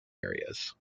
areas